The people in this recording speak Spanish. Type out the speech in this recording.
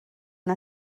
una